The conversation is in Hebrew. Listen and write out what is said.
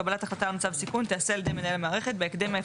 קבלת החלטה על מצב סיכון תעשה על ידי מנהל המערכת